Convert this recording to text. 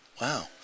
Wow